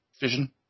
vision